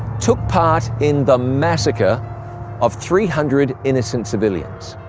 took part in the massacre of three hundred innocent civilians.